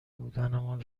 بودنمان